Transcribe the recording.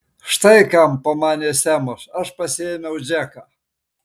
štai kam pamanė semas aš pasiėmiau džeką